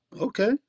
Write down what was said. Okay